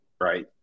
right